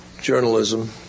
journalism